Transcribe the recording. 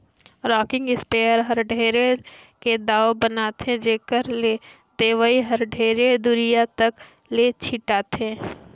rocking sprayer हर ढेरे के दाब बनाथे जेखर ले दवई हर ढेरे दुरिहा तक ले छिटाथे